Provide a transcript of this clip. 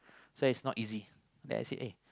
so it's not easy then I say ah